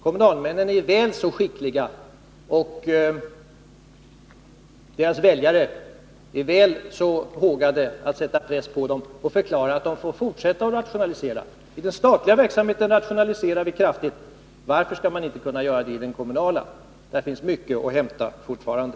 Kommunalmännen är mycket skickliga, och deras väljare är synnerligen hågade att sätta press på dem och förklara att de får fortsätta att rationalisera. I den statliga verksamheten rationaliserar vi kraftigt. Varför skall man inte kunna göra det i den kommunala? Där finns mycket att hämta fortfarande.